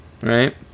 right